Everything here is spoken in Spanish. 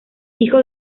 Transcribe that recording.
hijo